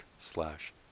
slash